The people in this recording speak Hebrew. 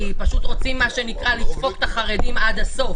כי רוצים פשוט לדפוק את החרדים עד הסוף